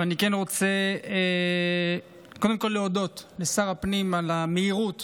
אבל אני כן רוצה קודם כול להודות לשר הפנים על המהירות,